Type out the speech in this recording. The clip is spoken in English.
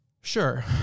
Sure